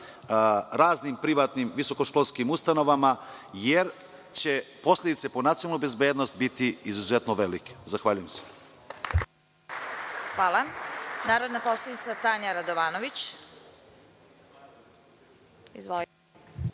raznim privatnim visokoškolskim ustanovama, jer će posledice po nacionalnu bezbednost biti izuzetno velike. Zahvaljujem se. **Vesna Kovač** Hvala. Reč ima narodna poslanica Tanja Radovanović.